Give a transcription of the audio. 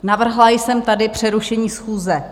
Navrhla jsem tady přerušení schůze.